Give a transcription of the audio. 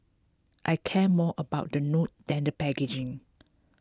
I care more about the note than the packaging